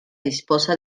disposa